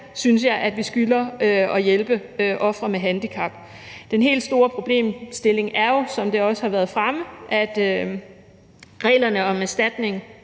synes, at vi især skylder at hjælpe ofre med handicap. Den helt store problemstilling er jo, som det også har været fremme, at reglerne om erstatning